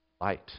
light